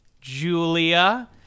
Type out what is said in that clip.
Julia